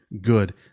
good